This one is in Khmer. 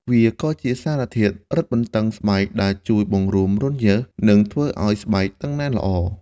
វាក៏ជាសារធាតុរឹតបន្តឹងស្បែក ដែលជួយបង្រួមរន្ធញើស និងធ្វើឲ្យស្បែកតឹងណែនល្អ។